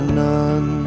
none